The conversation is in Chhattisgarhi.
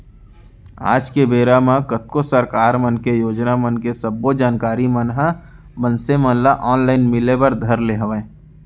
आज के बेरा म कतको सरकार मन के योजना मन के सब्बो जानकारी मन ह मनसे मन ल ऑनलाइन मिले बर धर ले हवय